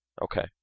Okay